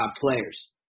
players